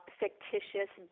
fictitious